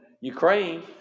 Ukraine